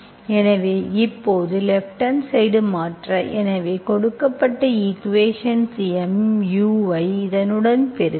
எனவே இப்போது left hand side மாற்ற எனவே கொடுக்கப்பட்ட ஈக்குவேஷன்ஸ் mu ஐ இதனுடன் பெருக்க